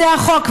זה החוק,